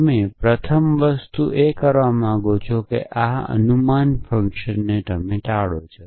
તમે કરવા માંગો છો તે પ્રથમ વસ્તુ આ અનુમાન ફંકશનને ટાળવું છે